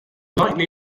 lightly